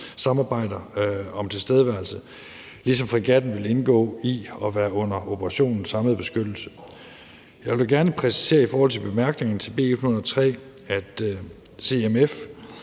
samarbejder om tilstedeværelse, ligesom fregatten vil indgå i at være under operationens samlede beskyttelse. I forhold til bemærkningerne til B 103 vil